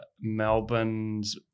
melbourne's